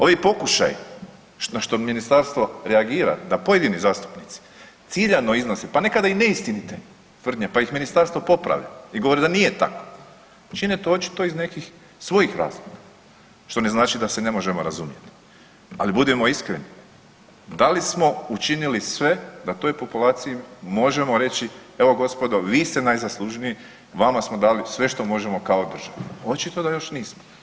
Ovi pokušaji na što ministarstvo reagira da pojedini zastupnici ciljano iznose i nekada i neistinite tvrde, pa iz ministarstva poprave i govore da nije tako čine to očito iz nekih svojih razloga što ne znači da se ne možemo razumjeti, ali budimo iskreni da li smo učinili sve da toj populaciji možemo reći evo gospodo vi ste najzaslužniji, vama smo dali sve što možemo kao država, očito da još nismo.